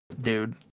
dude